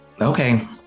okay